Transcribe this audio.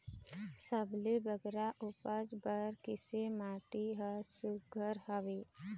सबले बगरा उपज बर किसे माटी हर सुघ्घर हवे?